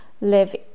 live